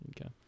okay